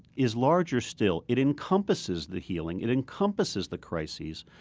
is larger still. it encompasses the healing. it encompasses the crises,